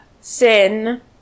sin